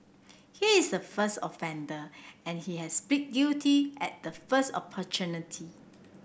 he is a first offender and he has plead guilty at the first opportunity